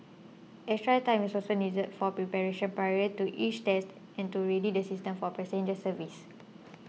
extra time is also needed for preparation prior to each test and to ready the systems for passenger service